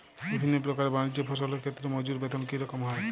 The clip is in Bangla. বিভিন্ন প্রকার বানিজ্য ফসলের ক্ষেত্রে মজুর বেতন কী রকম হয়?